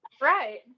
right